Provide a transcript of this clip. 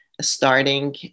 starting